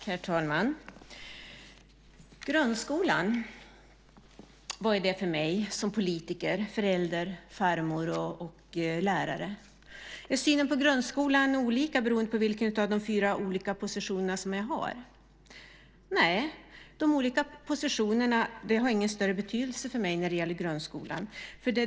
Herr talman! Vad är grundskolan för mig som politiker, förälder, farmor och lärare? Är synen på grundskolan olika beroende på vilken av de fyra olika positionerna som jag har? Nej, de olika positionerna har ingen större betydelse för mig när det gäller synen på grundskolan.